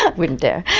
ah wouldn't dare.